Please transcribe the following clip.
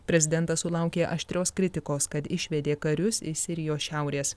prezidentas sulaukė aštrios kritikos kad išvedė karius iš sirijos šiaurės